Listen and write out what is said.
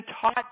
taught